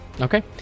Okay